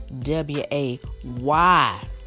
w-a-y